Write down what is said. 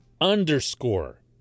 Underscore